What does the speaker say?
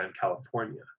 California